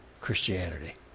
Christianity